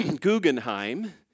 Guggenheim